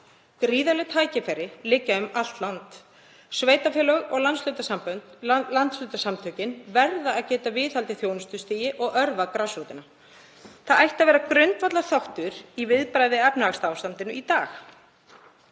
Gríðarleg tækifæri liggja um allt land, sveitarfélög og landshlutasamtök verða að geta viðhaldið þjónustustigi og örvað grasrótina. Það ætti að vera grundvallarþáttur í viðbrögðum við efnahagsástandinu í dag.